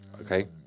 okay